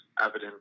evident